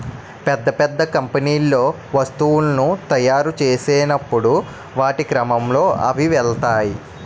పెద్ద పెద్ద కంపెనీల్లో వస్తువులను తాయురు చేసినప్పుడు వాటి క్రమంలో అవి వెళ్తాయి